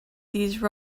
these